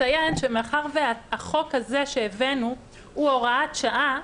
אציין גם שמאחר שהחוק הזה שהבאנו הוא הוראת שעה,